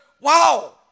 Wow